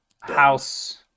house